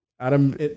Adam